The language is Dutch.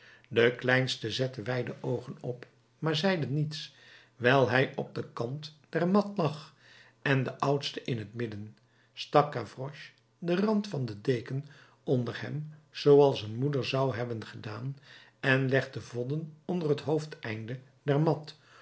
de kleinste zette wijde oogen op maar zeide niets wijl hij op den kant der mat lag en de oudste in het midden stak gavroche den rand van de deken onder hem zooals een moeder zou hebben gedaan en legde vodden onder het hoofdeinde der mat